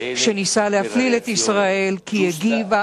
במקומות הבילוי,